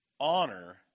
Honor